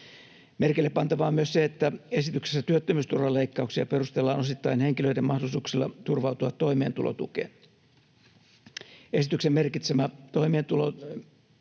Merkillepantavaa on myös se, että esityksessä työttömyysturvan leikkauksia perustellaan osittain henkilöiden mahdollisuuksilla turvautua toimeentulotukeen. Esityksen merkitsemä toimeentulotuen